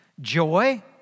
joy